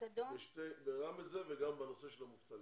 גם כאן וגם בנושא של המובטלים.